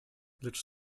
lecz